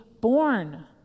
born